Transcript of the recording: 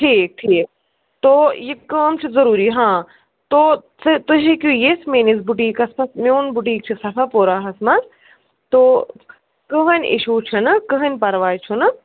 ٹھیٖک ٹھیٖک تو یہِ کٲم چھِ ضروٗری ہاں تو ژٕ تۄہہِ ہیٚکِو یِتھ میٲنِس بُٹیٖکس پٮ۪ٹھ میون بُٹیٖک چھُ صفاپوراہس منٛز تو کٕہٕنۍ اِشوٗ چھُنہٕ کٕہٕنۍ پرواے چھُنہٕ